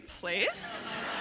place